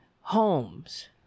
homes